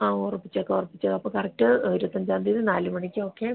ആ ഉറപ്പിച്ചേക്ക് ഉറപ്പിച്ച് അപ്പം കറക്റ്റ് ഓ ഇരൂപത്തി അഞ്ചാം തീയതി നാല് മണിക്ക് ഒക്കെ